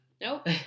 Nope